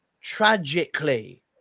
Tragically